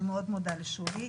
אני מאוד מודה לשולי.